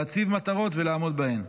להציב מטרות ולעמוד בהן.